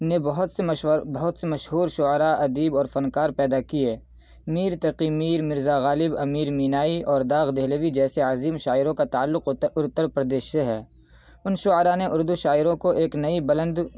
نے بہت سے مشور بہت سے مشہور شعراء ادیب اور فنکار پیدا کیے میر تقی میر مرزا غالب امیر مینائی اور داغ دہلوی جیسے عظیم شاعروں کا تعلق اتّر اتّر پردیش سے ہے ان شعراء نے اردو شاعروں کو ایک نئی بلند